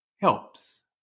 helps